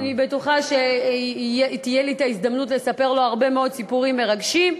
אני בטוחה שתהיה לי ההזדמנות לספר לו הרבה מאוד סיפורים מרגשים.